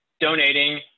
donating